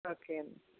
okay എന്നാൽ